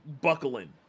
buckling